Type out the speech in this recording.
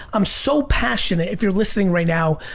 i'm so passionate, if you're listening right now,